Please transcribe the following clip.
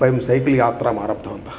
वयं सैकल् यात्राम् आरब्धवन्तः